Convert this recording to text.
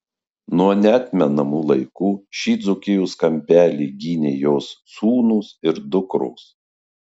nuo neatmenamų laikų šį dzūkijos kampelį gynė jos sūnūs ir dukros